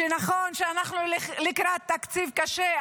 שנכון שאנחנו לקראת תקציב קשה,